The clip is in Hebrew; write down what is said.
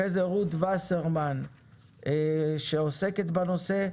אחרי זה רות וסרמן שעוסקת בנושא,